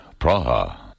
Praha